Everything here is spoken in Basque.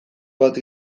bat